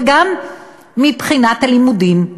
וגם מבחינת הלימודים.